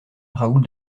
raoul